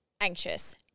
anxious